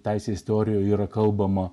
teisės teorijoje yra kalbama